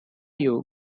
yue